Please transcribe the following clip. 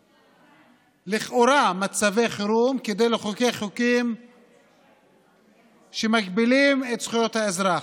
ניצלו לכאורה מצבי חירום כדי לחוקק חוקים שמגבילים את זכויות האזרח,